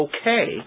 okay